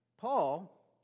Paul